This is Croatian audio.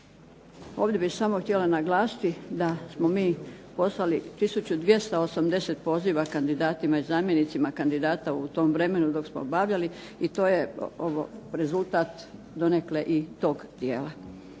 Ovdje bih samo htjela naglasiti da smo mi poslali 1280 poziva kandidatima i zamjenicima kandidata u tom vremenu dok smo obavljali i to je rezultat donekle i tog dijela.